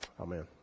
Amen